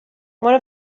one